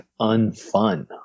unfun